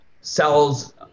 sells